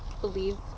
believe